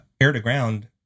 air-to-ground